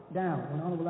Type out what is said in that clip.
down